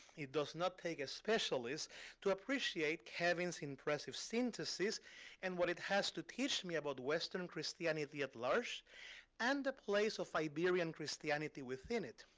it does not take a specialist to appreciate kevin's impressive syntheses and what it has to teach me about western christianity at large and the place of iberian christianity within it.